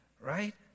right